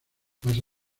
pasa